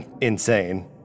insane